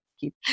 keep